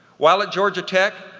while at georgia tech,